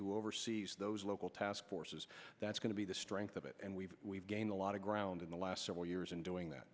who oversees those local task forces that's going to be the strength of it and we've we've gained a lot of ground in the last several years in doing that